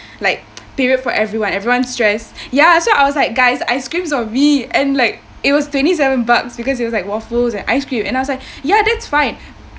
like period for everyone everyone stressed ya so I was like guys ice creams on me and like it was twenty seven bucks because it was like waffles and ice cream and I was like ya that's fine